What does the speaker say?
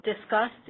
discussed